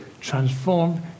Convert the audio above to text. transformed